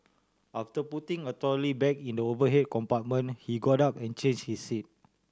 after putting a trolley bag in the overhead compartment he got up and change his seat